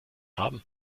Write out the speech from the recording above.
haben